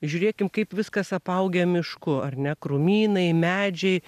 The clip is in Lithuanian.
žiūrėkim kaip viskas apaugę mišku ar ne krūmynai medžiai